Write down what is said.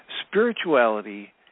spirituality